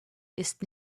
ist